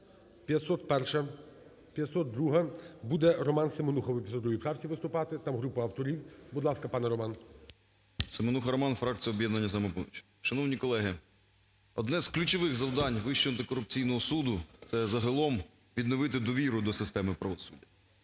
501-а. 502-а. Буде РоманСеменуха по 502 правці виступати, там група авторів. Будь ласка, пане Романе. 12:45:46 СЕМЕНУХА Р.С. СеменухаРоман, фракція "Об'єднання "Самопоміч". Шановні колеги, одне з ключових завдань Вищого антикорупційного суду це загалом відновити довіру до системи правосуддя.